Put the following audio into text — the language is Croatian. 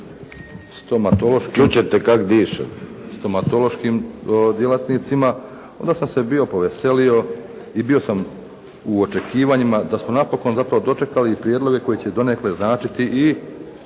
Zakona o liječništvu i o stomatološkim djelatnicima, onda sam se bio poveselio i bio sam u očekivanjima da smo napokon zapravo dočekali prijedloge koji će donekle značiti i